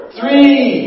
three